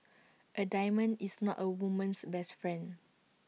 A diamond is not A woman's best friend